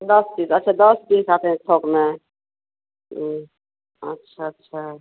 दस पीस अच्छा दस पीस आता है थोक में अच्छा अच्छा